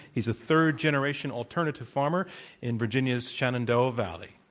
he's a third-generation alternative farmer in virginia's shenandoah valley.